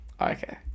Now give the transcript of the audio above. Okay